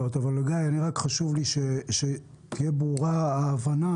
חשוב לי שתהיה הבנה